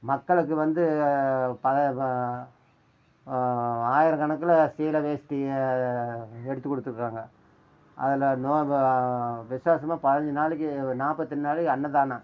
மக்களுக்கு வந்து ப ஆயிர கணக்கில் சீலை வேஷ்டி எடுத்து கொடுத்துருக்காங்க அதில் விசேஷமே பதினஞ்சி நாளைக்கு நாற்பத்தெட்டு நாளைக்கு அன்னதானம்